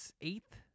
eighth